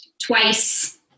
twice